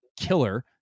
killer